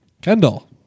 Kendall